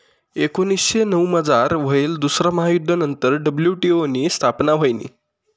एकोनीसशे नऊमझार व्हयेल दुसरा महायुध्द नंतर डब्ल्यू.टी.ओ नी स्थापना व्हयनी